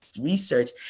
research